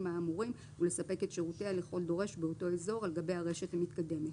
האמורים ולספק את שירותיה לכל דורש באותו אזור על גבי הרשת המתקדמת.